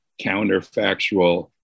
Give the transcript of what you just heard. counterfactual